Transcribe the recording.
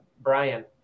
Brian